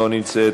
לא נמצאת,